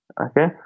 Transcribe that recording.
Okay